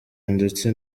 ndetse